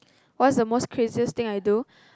what's the most craziest thing I do